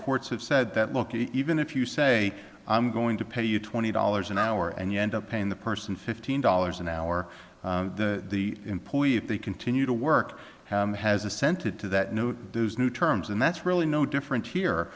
courts have said that look even if you say i'm going to pay you twenty dollars an hour and you end up paying the person fifteen dollars an hour the employee if they continue to work has assented to that no new terms and that's really no different here